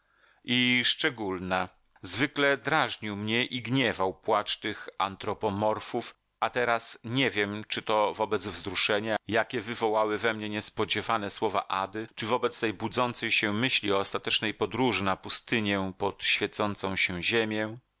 i szczególna zwykle drażnił mnie i gniewał płacz tych antropomorfów a teraz nie wiem czy to wobec wzruszenia jakie wywołały we mnie niespodziewane słowa ady czy wobec tej budzącej się myśli o ostatecznej podróży na pustynię pod świecącą się ziemię